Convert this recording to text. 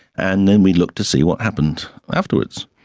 and then we looked to see what happened afterwards.